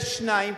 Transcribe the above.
יש שניים,